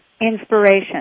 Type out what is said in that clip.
Inspiration